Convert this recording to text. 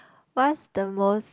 what's the most